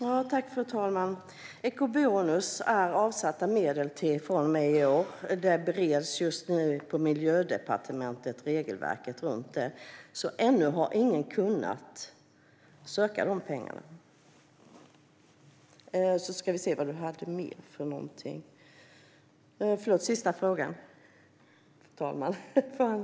Fru talman! Eco-bonus är avsatta medel från och med i år. Regelverket för detta bereds just nu i Miljödepartementet, så ännu har ingen kunnat söka dessa pengar. Förlåt, men vad var den sista frågan?